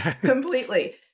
completely